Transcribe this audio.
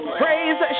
praise